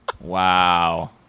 Wow